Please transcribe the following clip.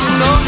no